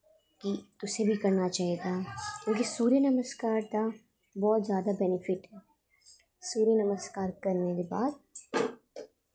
कि तुसें बी करना चाहिदा क्योंकि सूर्य नमस्कार दा बहोत जादा बेनिफिट सूर्य नमस्कार करने दे बाद